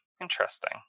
Interesting